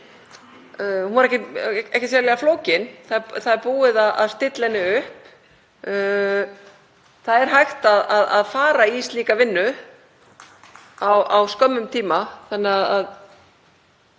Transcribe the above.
var ekkert sérlega flókin. Það er búið að stilla henni upp. Það er hægt að fara í slíka vinnu á skömmum tíma.